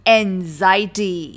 anxiety